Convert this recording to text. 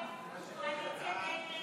הצעת סיעת הרשימה